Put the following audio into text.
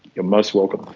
you're most welcome.